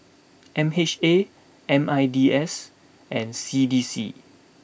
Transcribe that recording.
M H A M I N D S and C D C